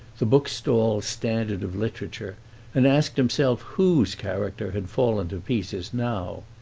the bookstall standard of literature and asked himself whose character had fallen to pieces now.